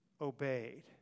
obeyed